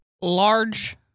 Large